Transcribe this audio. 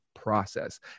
process